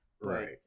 Right